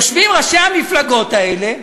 יושבים ראשי המפלגות האלה,